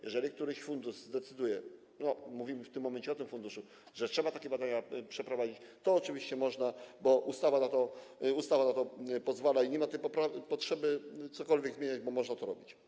Jeżeli któryś fundusz zdecyduje - mówimy w tym momencie o tym funduszu - że trzeba takie badania przeprowadzić, to oczywiście można, bo ustawa na to pozwala i nie ma tu potrzeby czegokolwiek zmieniać, bo można to robić.